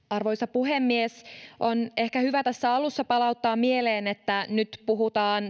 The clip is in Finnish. arvoisa puhemies on ehkä hyvä tässä alussa palauttaa mieleen että nyt puhutaan